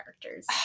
characters